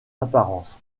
apparence